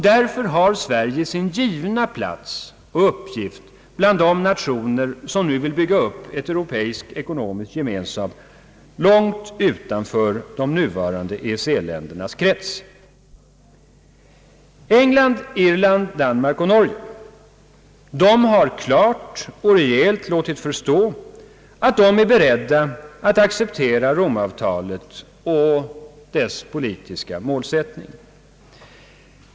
Därför har Sverige sin givna plats och uppgift bland de nationer som nu vill bygga upp en europeisk ekonomisk gemenskap långt utanför de nuvarande EEC-ländernas krets. England, Irland, Danmark och Norge har klart och rejält låtit förstå att de är beredda att acceptera Rom-avtalet och dess politiska målsättning.